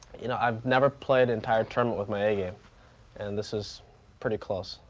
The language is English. you know, i've never played entire term with may. ah yeah and this is pretty close.